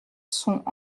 sont